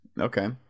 okay